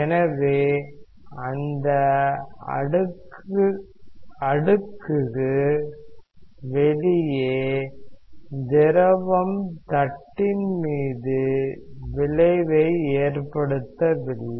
எனவே அந்த அடுக்குக்கு வெளியே திரவம் தட்டின் மீது விளைவை ஏற்படுத்தவில்லை